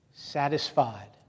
Satisfied